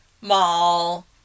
mall